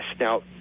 Now